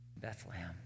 Bethlehem